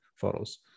photos